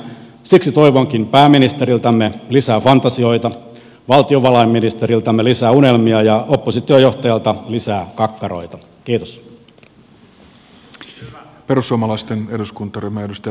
siksi toivonkin pääministeriltämme lisää fantasioita valtiovarainministeriltämme lisää unelmia ja oppositiojohtajalta lisää kakkaroita